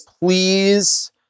please